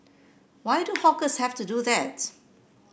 why do hawkers have to do that